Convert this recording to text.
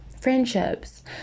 friendships